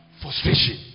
Frustration